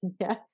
yes